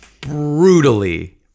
brutally